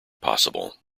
possible